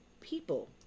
people